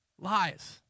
Lies